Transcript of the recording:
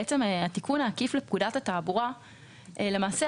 התיקון העקיף לפקודת התעבורה נעשה,